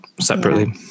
separately